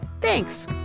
thanks